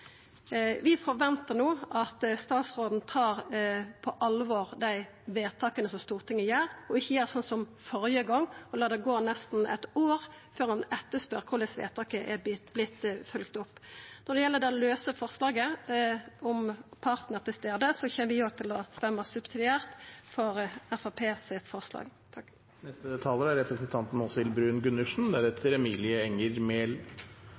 Vi forventar no at statsråden tar på alvor dei vedtaka som Stortinget gjer, og ikkje gjer som førre gong og lar det gå nesten eitt år før han etterspør korleis vedtaket har vorte følgt opp. Når det gjeld det lause forslaget om partnar til stades, kjem vi òg til å stemma subsidiært for Framstegspartiet sitt forslag.